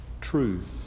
truth